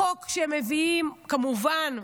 החוק שמביאים, כמובן,